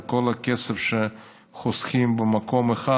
וכל הכסף שחוסכים במקום אחד,